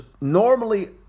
normally